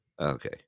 Okay